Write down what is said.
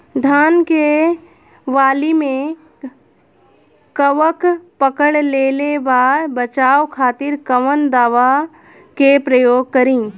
धान के वाली में कवक पकड़ लेले बा बचाव खातिर कोवन दावा के प्रयोग करी?